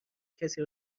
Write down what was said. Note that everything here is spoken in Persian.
کسی